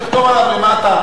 תחתום עליו למטה,